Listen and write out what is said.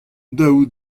daou